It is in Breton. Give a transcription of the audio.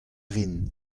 rin